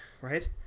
right